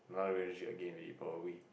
a relationship again already probably